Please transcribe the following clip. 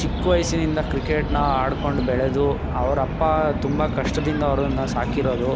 ಚಿಕ್ಕ ವಯಸ್ಸಿನಿಂದ ಕ್ರಿಕೆಟನ್ನ ಆಡ್ಕೊಂಡು ಬೆಳೆದು ಅವ್ರ ಅಪ್ಪ ತುಂಬ ಕಷ್ಟದಿಂದ ಅವರನ್ನ ಸಾಕಿರೋದು